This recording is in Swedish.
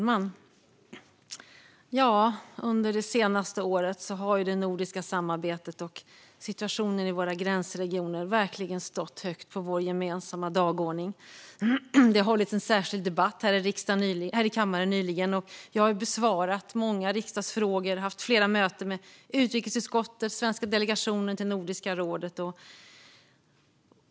Fru talman! Under det senaste året har ju det nordiska samarbetet och situationen i våra gränsregioner verkligen stått högt på vår gemensamma dagordning. Det hölls nyligen en särskild debatt här i kammaren. Jag har besvarat många riksdagsfrågor och haft flera möten med utrikesutskottet och den svenska delegationen till Nordiska rådet.